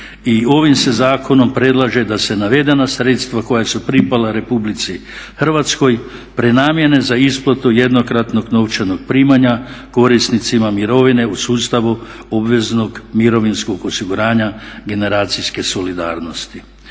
ovim se zakonom predlaže da se navedena sredstva koja su pripala Republici Hrvatskoj prenamjene za isplatu jednokratnog novčanog primanja korisnicima mirovine u sustavu obveznog mirovinskog osiguranja generacijske solidarnosti.